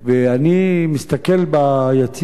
אני מסתכל ביציע,